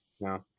no